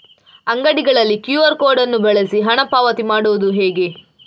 ಅಂಗಡಿಗಳಲ್ಲಿ QR code ಬಳಸಿ ಹಣ ಪಾವತಿ ಮಾಡೋದು ಹೇಗೆ?